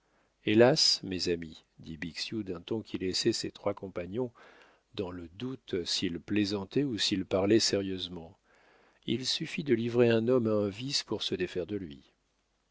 hélas mes amis dit bixiou d'un ton qui laissait ses trois compagnons dans le doute s'il plaisantait ou s'il parlait sérieusement il suffit de livrer un homme à un vice pour se défaire de lui